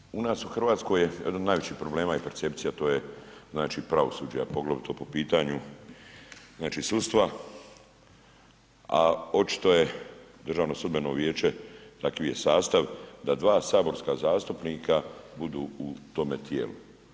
Kolega u nas u Hrvatskoj jedan od najvećih problema i percepcija a to je znači pravosuđe a poglavito po pitanju, znači sudstva a očito je Državno sudbeno vijeće, takav je sastav da dva saborska zastupnika budu u tome tijelu.